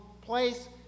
place